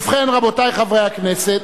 ובכן, רבותי חברי הכנסת,